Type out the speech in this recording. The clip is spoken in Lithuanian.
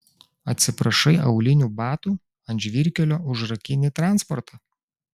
atsiprašai aulinių batų ant žvyrkelio užrakini transportą